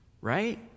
right